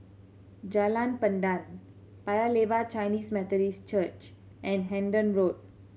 Jalan Pandan Paya Lebar Chinese Methodist Church and Hendon Road